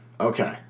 Okay